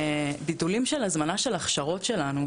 וביטולים של הזמנה של הכשרות שלנו.